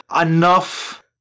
enough